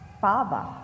father